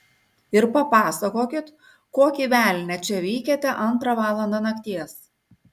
ir papasakokit kokį velnią čia veikiate antrą valandą nakties